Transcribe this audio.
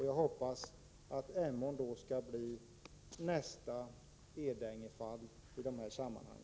Jag hoppas att Emån då skall bli nästa Edängefall i dessa sammanhang.